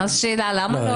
זו השאלה, למה לא?